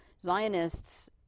Zionists